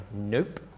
nope